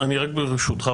ברשותך,